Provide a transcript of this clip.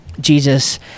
Jesus